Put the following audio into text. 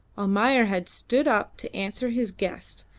almayer had stood up to answer his guest,